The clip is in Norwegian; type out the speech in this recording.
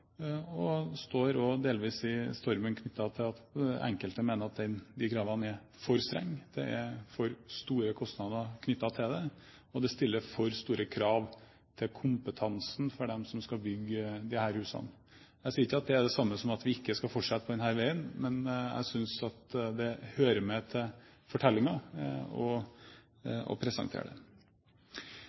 Regjeringen står også delvis i stormen med tanke på at enkelte mener at disse kravene er for strenge, det er for store kostnader knyttet til dem, og det stiller for store krav til kompetansen til dem som skal bygge disse husene. Jeg sier ikke at det er det samme som at vi ikke skal fortsette på denne veien, men jeg synes det hører med til fortellingen å presentere